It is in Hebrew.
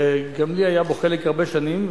שגם לי היה בו חלק הרבה שנים,